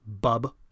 bub